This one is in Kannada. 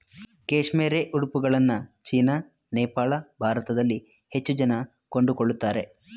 ಕೇಶ್ಮೇರೆ ಉಡುಪುಗಳನ್ನ ಚೀನಾ, ನೇಪಾಳ, ಭಾರತದಲ್ಲಿ ಹೆಚ್ಚು ಜನ ಕೊಂಡುಕೊಳ್ಳುತ್ತಾರೆ